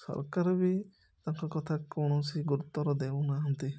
ସରକାର ବି ତାଙ୍କ କଥା କୌଣସି ଗୁରୁତ୍ୱର ଦେଉନାହାନ୍ତି